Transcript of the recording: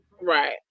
Right